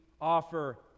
offer